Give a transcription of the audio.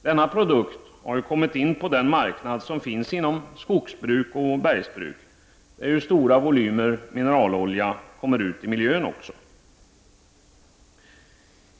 Denna produkt har ju kommit in på den marknad som finns inom skogsbruk och bergsbruk, där stora volymer mineralolja också kommer ut i miljön.